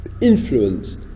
influence